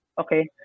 Okay